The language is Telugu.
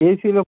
ఏసీలో